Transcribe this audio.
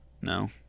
No